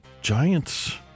Giants